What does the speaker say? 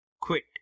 quit